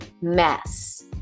mess